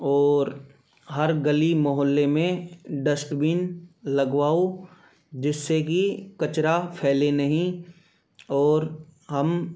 और हर गली मोहल्ले में डस्टबिन लगवाओ जिससे कि कचरा फैले नहीं और हम